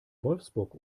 wolfsburg